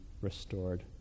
restored